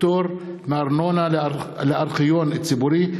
(פטור מארנונה לארכיון ציבורי),